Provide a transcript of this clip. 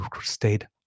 stayed